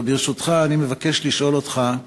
ברשותך, אני מבקש לשאול אותך,